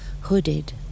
hooded